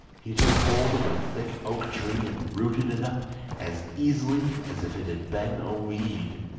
he took hold of a thick oak tree and rooted it up as easily as if it had been a weed.